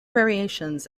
variations